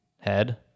head